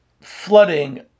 flooding